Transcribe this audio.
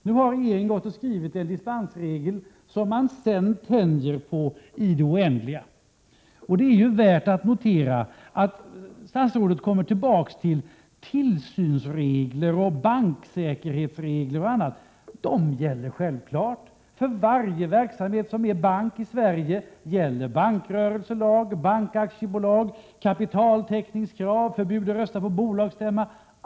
Nu har regeringen skrivit en dispensregel, som den sedan tänjer på i det oändliga. Det är värt att notera att statsrådet kommer tillbaka till tillsynsregler, bankregler och annat. De gäller självfallet. För varje verksamhet som innefattar bankrörelse gäller bankrörelselag, bankaktiebolagslag, krav på kapitaltäckning, förbud att rösta på bolagsstämma.